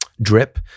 Drip